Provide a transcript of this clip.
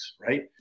right